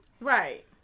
right